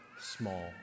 small